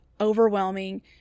overwhelming